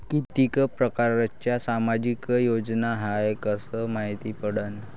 कितीक परकारच्या सामाजिक योजना हाय कस मायती पडन?